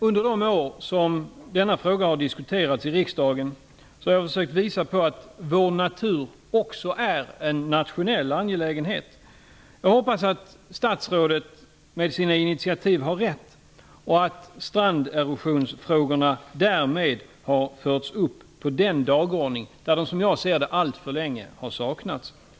Under de år som denna fråga har diskuterats i riksdagen har jag försökt visa på att vår natur också är en nationell angelägenhet. Jag hoppas att statsrådet med sina initiativ har rätt och att stranderosionsfrågorna därmed har förts upp på den dagordning där den, som jag ser det, alltför länge har saknats.